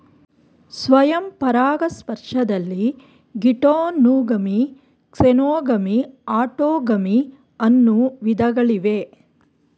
ಸ್ವಯಂ ಪರಾಗಸ್ಪರ್ಶದಲ್ಲಿ geitonogamy, xenogamy, autogamy ಅನ್ನೂ ವಿಧಗಳಿವೆ